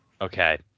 okay